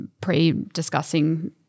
pre-discussing